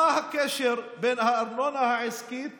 מה הקשר בין הארנונה העסקית